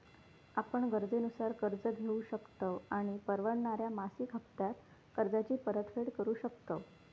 आपण गरजेनुसार कर्ज घेउ शकतव आणि परवडणाऱ्या मासिक हप्त्त्यांत कर्जाची परतफेड करु शकतव